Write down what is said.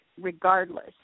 regardless